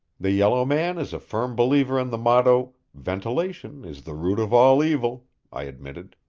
the yellow man is a firm believer in the motto, ventilation is the root of all evil i admitted.